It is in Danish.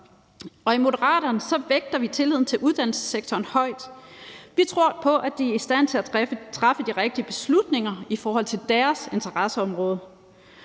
gå. I Moderaterne vægter vi tilliden til uddannelsessektoren højt. Vi tror på, at de er i stand til at træffe de rigtige beslutninger i forhold til deres interesseområde.